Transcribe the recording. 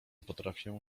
potrafię